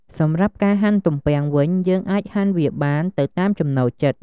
សម្រាប់ការហាន់ទំពាំងវិញ យើងអាចហាន់វាបានទៅតាមចំណូលចិត្ត។